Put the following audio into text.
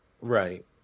Right